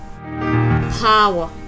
Power